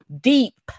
deep